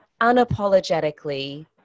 unapologetically